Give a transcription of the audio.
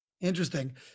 interesting